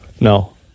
No